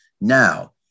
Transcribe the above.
Now